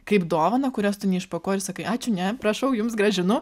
kaip dovaną kurios tu neišpakuoji ir sakai ačiū ne prašau jums grąžinu